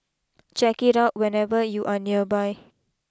check it out whenever you are nearby